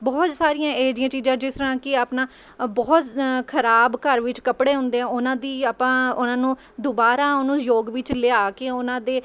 ਬਹੁਤ ਸਾਰੀਆਂ ਇਹੋ ਜਿਹੀਆਂ ਚੀਜ਼ਾਂ ਜਿਸ ਤਰ੍ਹਾਂ ਕਿ ਆਪਣਾ ਬਹੁਤ ਖ਼ਰਾਬ ਘਰ ਵਿੱਚ ਕੱਪੜੇ ਹੁੰਦੇ ਆ ਉਹਨਾਂ ਦੀ ਆਪਾਂ ਉਹਨਾਂ ਨੂੰ ਦੁਬਾਰਾ ਉਹਨੂੰ ਯੋਗ ਵਿੱਚ ਲਿਆ ਕੇ ਉਹਨਾਂ ਦੇ